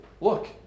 look